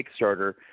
Kickstarter